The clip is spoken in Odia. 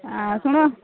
ଆଉ ଶୁଣ